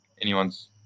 anyone's